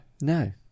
No